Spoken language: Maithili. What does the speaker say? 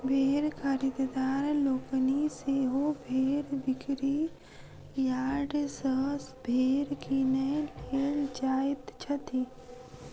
भेंड़ खरीददार लोकनि सेहो भेंड़ बिक्री यार्ड सॅ भेंड़ किनय लेल जाइत छथि